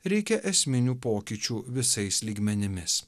reikia esminių pokyčių visais lygmenimis